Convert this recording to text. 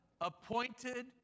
appointed